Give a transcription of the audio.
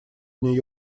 нее